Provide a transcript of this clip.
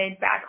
back